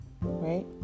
right